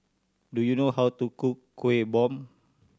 do you know how to cook Kueh Bom